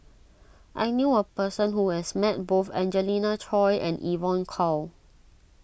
I knew a person who has met both Angelina Choy and Evon Kow